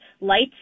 lights